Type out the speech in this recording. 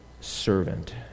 servant